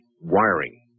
wiring